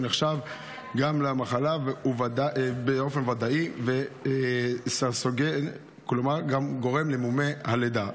ונחשב גם לגורם למחלה באופן ודאי וגורם גם למומי לידה.